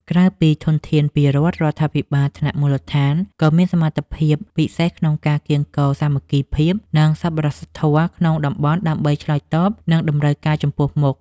ក្រៅពីធនធានពីរដ្ឋ រដ្ឋាភិបាលថ្នាក់មូលដ្ឋានក៏មានសមត្ថភាពពិសេសក្នុងការកៀងគរសាមគ្គីភាព និងសប្បុរសធម៌ក្នុងតំបន់ដើម្បីឆ្លើយតបនឹងតម្រូវការចំពោះមុខ។